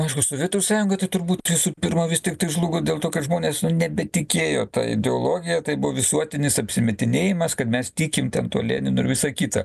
aišku sovietų sąjunga tai turbūt visų pirma vis tiktai žlugo dėl to kad žmonės nu nebetikėjo ta ideologija tai buvo visuotinis apsimetinėjimas kad mes tikim ten tuo leninu ir visa kita